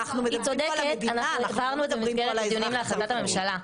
הבהרנו את זה במסגרת הדיונים להחלטת הממשלה.